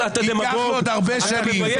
אל תכריחי לי לקרוא אותך קריאה שנייה.